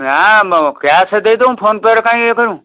ନା ମ କ୍ୟାସ୍ ଦେଇଦେବୁ ଫୋନ୍ ପେରେ କାଇଁ ଇଏ କରିବୁ